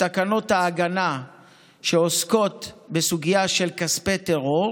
תקנות ההגנה שעוסקות בסוגיה של כספי טרור,